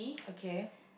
okay